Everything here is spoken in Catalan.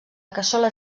cassola